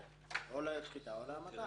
או לשחיטה או להמתה.